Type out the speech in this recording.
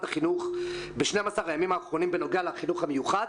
החינוך ב-12 הימים האחרונים בנוגע לחינוך המיוחד?